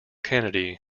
kennedy